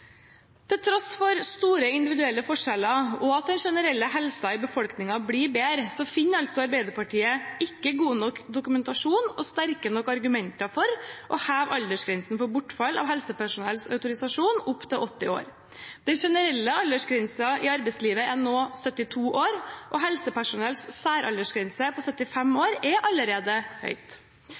Til tross for store individuelle forskjeller og at den generelle helsen i befolkningen blir bedre, finner ikke Arbeiderpartiet god nok dokumentasjon og sterke nok argumenter for å heve aldersgrensen for bortfall av helsepersonells autorisasjon opp til 80 år. Den generelle aldersgrensen i arbeidslivet er nå 72 år, og helsepersonells særaldersgrense på 75 år er allerede